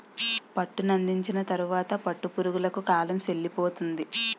పట్టునందించిన తరువాత పట్టు పురుగులకు కాలం సెల్లిపోతుంది